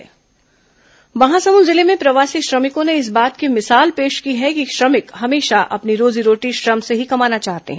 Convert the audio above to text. महासमुंद प्रवासी श्रमिक रोजगार महासमुंद जिले में प्रवासी श्रमिकों ने इस बात की मिसाल पेश की है कि श्रमिक हमेशा अपनी रोजी रोटी श्रम से ही कमाना चाहते हैं